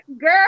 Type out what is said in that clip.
girl